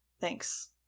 Thanks